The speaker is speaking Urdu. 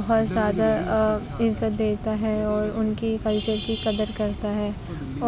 بہت زیادہ عزت دیتا ہے اور ان کی کلچر کی قدر کرتا ہے